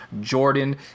Jordan